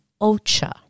Ocha